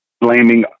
blaming